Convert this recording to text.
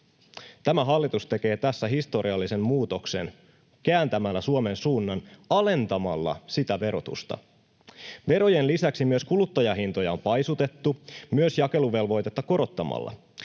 Tämä hallitus tekee tässä historiallisen muutoksen kääntämällä Suomen suunnan alentamalla sitä verotusta. Verojen lisäksi myös kuluttajahintoja on paisutettu myös jakeluvelvoitetta korottamalla.